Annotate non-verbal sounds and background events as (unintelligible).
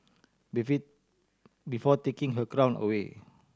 (unintelligible) before taking her crown away